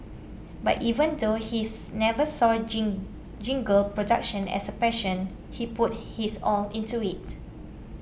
but even though his never saw gin jingle production as a passion he put his all into it